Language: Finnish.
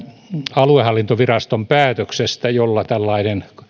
aluehallintoviraston päätöksestä jolla tällainen